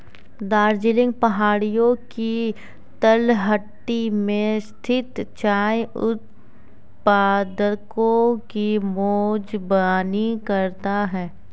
दार्जिलिंग पहाड़ियों की तलहटी में स्थित चाय उत्पादकों की मेजबानी करता है